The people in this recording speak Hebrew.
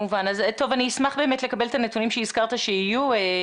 אני אשמח באמת לקבל את הנתונים שהזכרת לכשיהיו.